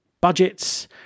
budgets